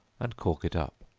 and cork it up.